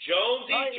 Jonesy